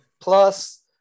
plus